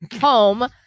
Home